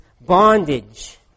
bondage